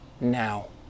now